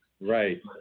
Right